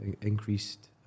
increased